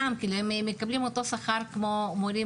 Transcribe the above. הם מקבלים אותו שכר כמו של מורים